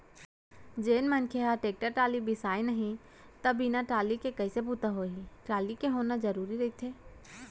जेन मनसे ह टेक्टर टाली बिसाय नहि त बिन टाली के कइसे बूता होही टाली के होना जरुरी रहिथे